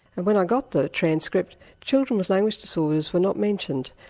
when i got the transcript children with language disorders were not mentioned,